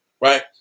right